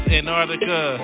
Antarctica